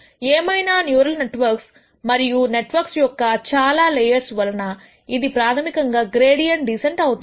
ఏమైనా neural networks మరియు network యొక్క చాలా లేయర్స్ వలన ఇది ప్రాథమికంగా గ్రేడియంట్ డీసెంట్ అవుతుంది